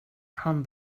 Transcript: han